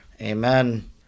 Amen